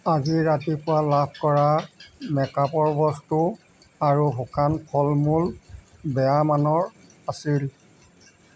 আজি ৰাতিপুৱা লাভ কৰা মেকআপৰ বস্তু আৰু শুকান ফল মূল বেয়া মানৰ আছিল